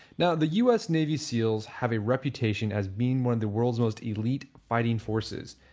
now, the us navy seals have a reputation as being one of the world's most elite fighting forces.